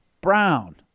Brown